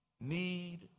need